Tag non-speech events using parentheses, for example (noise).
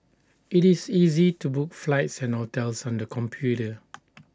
IT is easy to book flights and hotels on the computer (noise)